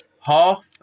half